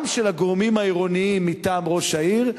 וגם של הגורמים העירוניים מטעם ראש העיר.